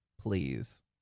please